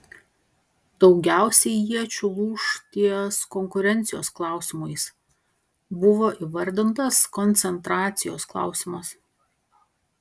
daugiausiai iečių lūš ties konkurencijos klausimais buvo įvardintas koncentracijos klausimas